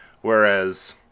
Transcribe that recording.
Whereas